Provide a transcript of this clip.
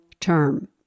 term